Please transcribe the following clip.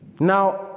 Now